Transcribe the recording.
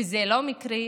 וזה לא מקרי,